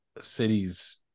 cities